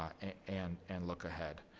and and and look ahead.